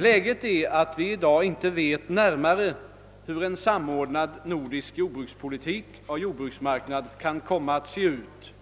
Läget är att vi i dag inte vet närmare hur en samordnad nordisk jordbrukspolitik och jordbruksmarknad kan komma att se ut.